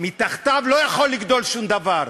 מתחתיו לא יכול לגדול שום דבר.